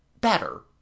Better